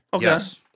Yes